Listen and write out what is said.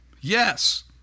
Yes